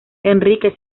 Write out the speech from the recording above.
enrique